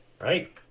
Right